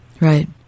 Right